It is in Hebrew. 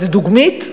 מה זה, דוגמית?